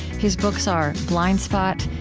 his books are blind spot,